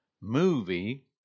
movie